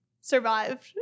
survived